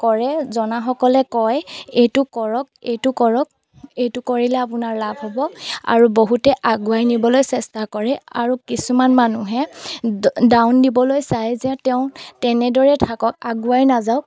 কৰে জনাসকলে কয় এইটো কৰক এইটো কৰক এইটো কৰিলে আপোনাৰ লাভ হ'ব আৰু বহুতে আগুৱাই নিবলৈ চেষ্টা কৰে আৰু কিছুমান মানুহে ডাউন দিবলৈ চায় যে তেওঁ তেনেদৰে থাকক আগুৱাই নাযাওক